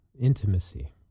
intimacy